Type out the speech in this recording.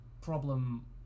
problem